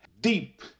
deep